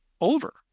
over